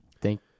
Thank